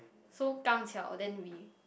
so then we